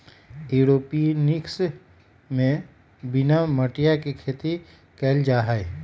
aeroponics में बिना मटिया के खेती कइल जाहई